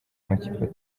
makipe